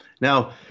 Now